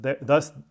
thus